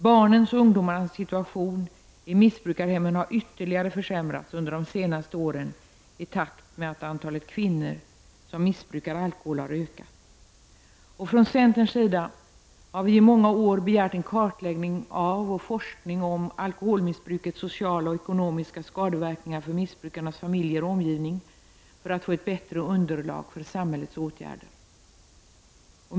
Barnens och ungdomarnas situation i missbrukarhemmen har ytterligare försämrats under de senaste åren i takt med att antalet kvinnor som missbrukar alkohol har ökat. Från centerns sida har vi i många år begärt en kartläggning av och forskning om alkoholmissbrukets sociala och ekonomiska skadeverkningar för missbrukarnas familjer och omgivning för att få ett bättre underlag för samhällets åtgärder.